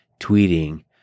tweeting